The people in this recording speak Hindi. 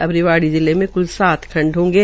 अब रिवाड़ी जिले में क्ल सात खंड होंगे